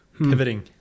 pivoting